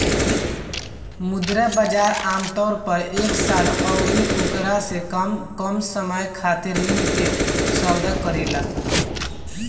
मुद्रा बाजार आमतौर पर एक साल अउरी ओकरा से कम समय खातिर ऋण के सौदा करेला